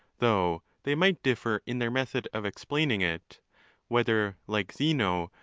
though they might differ in their method of ex plaining it whether, like zeno,